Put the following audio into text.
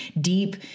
deep